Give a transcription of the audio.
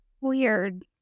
weird